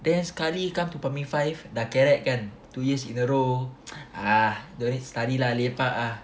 then sekali come to primary five dah kerek kan two years in a row ah don't need study ah lepak ah